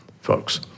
folks